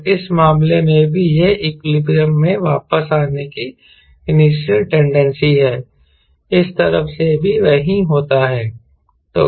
तो इस मामले में भी यह इक्विलिब्रियम में वापस आने की इनिशियल टेंडेंसी है इस तरफ से भी वही होता है